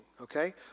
okay